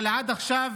אבל עד עכשיו